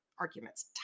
arguments